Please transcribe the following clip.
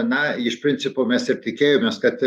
na iš principo mes ir tikėjomės kad